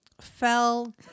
fell